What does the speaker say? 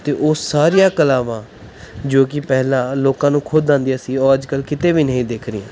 ਅਤੇ ਉਹ ਸਾਰੀਆਂ ਕਲਾਵਾਂ ਜੋ ਕਿ ਪਹਿਲਾਂ ਲੋਕਾਂ ਨੂੰ ਖੁਦ ਆਉਂਦੀਆਂ ਸੀ ਉਹ ਅੱਜ ਕੱਲ੍ਹ ਕਿਤੇ ਵੀ ਨਹੀਂ ਦਿੱਖ ਰਹੀਆਂ